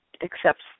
accepts